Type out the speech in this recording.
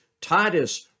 Titus